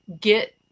get